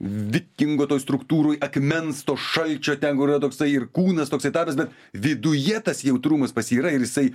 vikingo toj struktūroj akmens to šalčio ten kur yra toksai ir kūnas toksai tapęs bet viduje tas jautrumas pas jį yra ir jisai